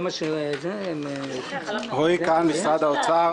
אני רועי קאהן, משרד האוצר.